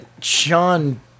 Sean